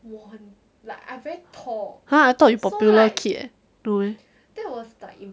ah I thought you popular kid leh